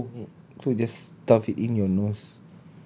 korek hidung so just tak fit in your nose